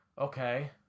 okay